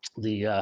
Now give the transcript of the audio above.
the